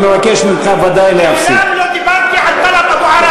אתה מוכן לסתום את הפה שלך?